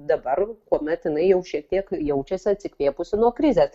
dabar kuomet jinai jau šiek tiek jaučiasi atsikvėpusi nuo krizės